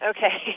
Okay